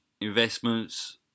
investments